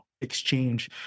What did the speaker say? exchange